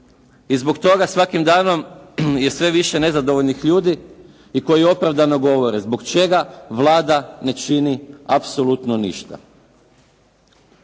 I zbog toga svakim danom je sve više nezadovoljnih ljudi koji opravdano govore zbog čega Vlada ne čini apsolutno ništa.